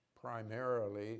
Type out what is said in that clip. primarily